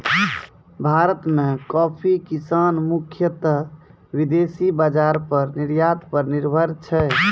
भारत मॅ कॉफी किसान मुख्यतः विदेशी बाजार पर निर्यात पर निर्भर छै